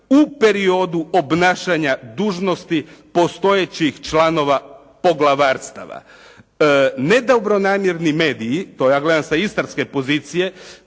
u periodu obnašanja dužnosti postojećih članova poglavarstava. Nedobronamjerni mediji to ja gledam sa istarske policije